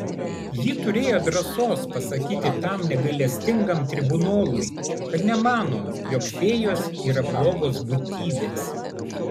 ji turėjo drąsos pasakyti tam negailestingam tribunolui kad nemano jog fėjos yra blogos būtybės